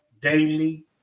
daily